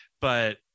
but-